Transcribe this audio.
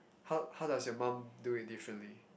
how how does your mom do it differently